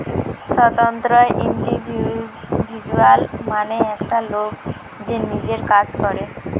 স্বতন্ত্র ইন্ডিভিজুয়াল মানে একটা লোক যে নিজের কাজ করে